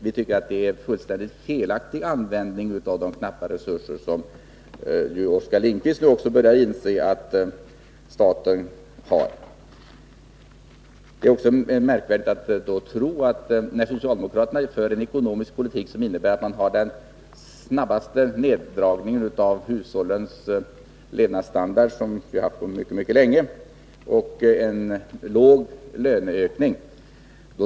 Vi tycker att det är en fullständigt felaktig användning av statens resurser, som nu även Oskar Lindkvist börjar inse är knappa. Socialdemokraterna genomför nu en ekonomisk politik som innebär den snabbaste neddragningen av hushållens levnadsstandard på mycket mycket länge, samtidigt som vi kan räkna med små löneökningar.